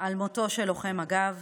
על מותו של לוחם מג"ב